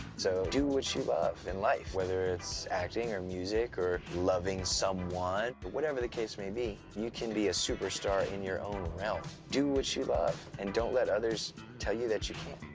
so, do what you love in life, whether it's acting or music or loving someone. but whatever the case may be, you can be a superstar in your own realm. do what you love, and don't let others tell you that you can't.